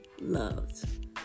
loved